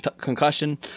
concussion